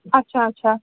اَچھا اَچھا